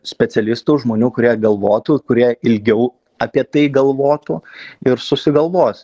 specialistų žmonių kurie galvotų kurie ilgiau apie tai galvotų ir susigalvos